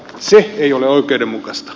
se ei ole oikeudenmukaista